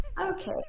okay